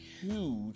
huge